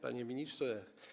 Panie Ministrze!